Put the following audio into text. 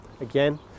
again